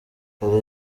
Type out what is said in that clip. hari